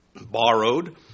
borrowed